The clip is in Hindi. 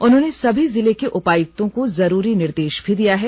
उन्होंने सभी जिले के उपायुक्तों को जरूरी निर्देश भी दिया है